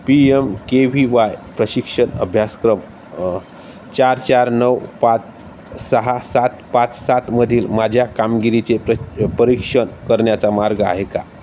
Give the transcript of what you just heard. P M K V Y प्रशिक्षण अभ्यासक्रम चार चार नऊ पाच सहा सात पाच सातमधील माझ्या कामगिरीचे प्र परीक्षण करण्याचा मार्ग आहे का